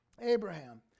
Abraham